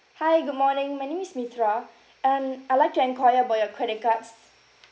hi good morning my name is mithra and I'd like to enquire about your credit cards